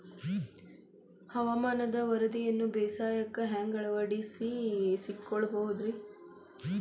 ಹವಾಮಾನದ ವರದಿಯನ್ನ ಬೇಸಾಯಕ್ಕ ಹ್ಯಾಂಗ ಅಳವಡಿಸಿಕೊಳ್ಳಬಹುದು ರೇ?